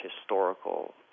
historical